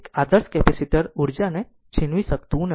એક આદર્શ કેપેસિટર ઉર્જાને છીનવી શકતું નથી